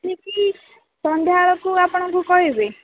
ସନ୍ଧ୍ୟା ବେଳକୁ ଆପଣଙ୍କୁ କହିବି